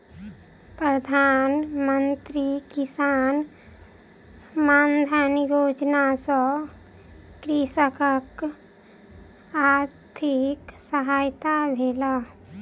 प्रधान मंत्री किसान मानधन योजना सॅ कृषकक आर्थिक सहायता भेल